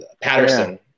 Patterson